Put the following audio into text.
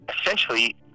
essentially